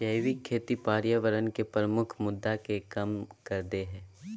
जैविक खेती पर्यावरण के प्रमुख मुद्दा के कम कर देय हइ